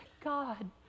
God